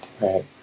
right